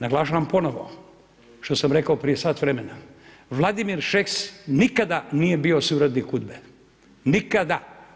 Naglašavam ponovno, što sam rekao prije sat vremena, Vladimir Šeks nikad nije bio suradnik UDBA-e, nikada.